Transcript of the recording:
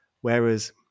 Whereas